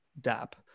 DAP